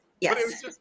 Yes